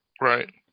Right